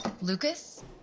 Lucas